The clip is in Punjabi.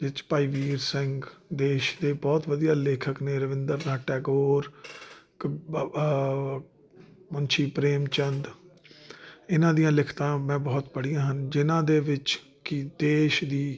ਵਿੱਚ ਭਾਈ ਵੀਰ ਸਿੰਘ ਦੇਸ਼ ਦੇ ਬਹੁਤ ਵਧੀਆ ਲੇਖਕ ਨੇ ਰਬਿੰਦਰ ਨਾਥ ਟੈਗੋਰ ਮੁਨਸ਼ੀ ਪ੍ਰੇਮ ਚੰਦ ਇਹਨਾਂ ਦੀਆਂ ਲਿਖਤਾਂ ਮੈਂ ਬਹੁਤ ਪੜ੍ਹੀਆਂ ਹਨ ਜਿਨ੍ਹਾਂ ਦੇ ਵਿੱਚ ਕਿ ਦੇਸ਼ ਦੀ